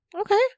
Okay